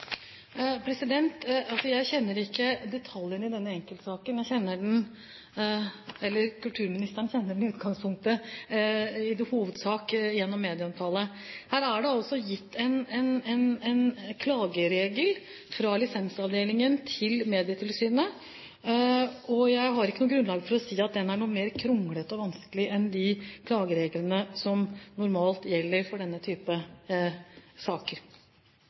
Jeg kjenner ikke detaljene i denne enkeltsaken. Kulturministeren kjenner den i utgangspunktet og i hovedsak gjennom medieomtale. Her er det altså gitt anledning til å klage vedtak gjort av lisensavdelingen inn for Medietilsynet. Jeg har ikke noe grunnlag for å si at det er noe mer kronglete og vanskelig enn de klagereglene som normalt gjelder for denne type saker.